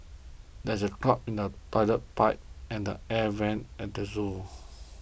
there is a clog in the Toilet Pipe and the Air Vents at the zoo